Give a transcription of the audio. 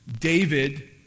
David